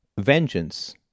vengeance